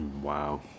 Wow